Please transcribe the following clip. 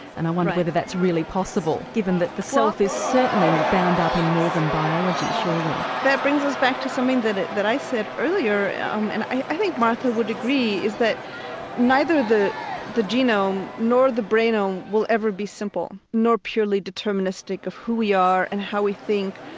and i wonder whether that's really possible, given that the self is certainly bound up in more than biology, surely? that brings us back to something that i said earlier um and i i think martha would agree, is that neither the the genome nor the brainome will ever be simple, nor purely deterministic of who we are and how we think,